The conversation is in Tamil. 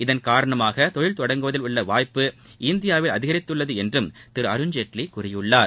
இதன் காரணமாக தொழில் தொடங்குவதில் உள்ள வாய்ப்பு இந்தியாவில் அதிகரித்துள்ளது என்றும் திரு அருண்ஜேட்லி கூறியுள்ளார்